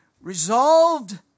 resolved